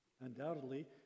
Undoubtedly